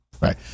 right